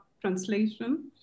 translation